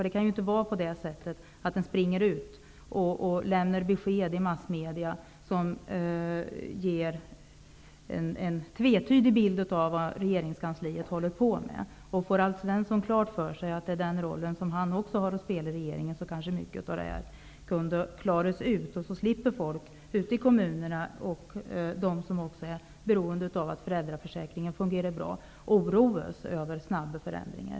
Det kan ju inte gå till så, att man går ut med besked i massmedia som ger en tvetydig bild av vad regeringskansliet håller på med. Får Alf Svensson klart för sig att det också gäller hans roll i regeringen, kanske mycket i det här sammanhanget kan klaras ut. Då skulle man ute i kommunerna och även de som är beroende av en väl fungerande föräldraförsäkring slippa oroa sig över snabba förändringar.